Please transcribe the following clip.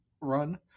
run